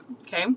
okay